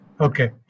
Okay